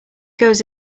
goes